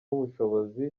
ubushobozi